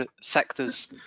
sectors